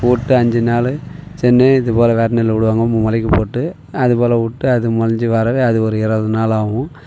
போட்டு அஞ்சு நாலு சென்னேத்து போடுற வித நெல்லை விடுவாங்க மூணுவேளைக்கும் போட்டு அதுபோல் விட்டு அது முளைஞ்சு வரவே அது ஒரு இருபது நாள் ஆகும்